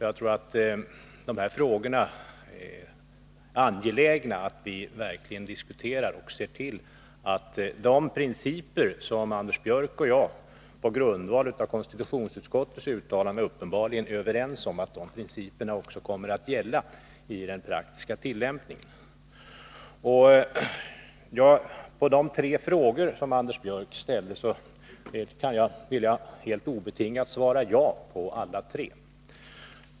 Jag tror att det är angeläget att vi verkligen diskuterar de här frågorna och ser till att de principer som Anders Björck och jag på grundval av konstitutionsutskottets uttalande uppenbarligen är överens om också kommer att gälla vid den praktiska tillämpningen. Jag vill helt obetingat svara ja på de tre frågor som Anders Björck ställde.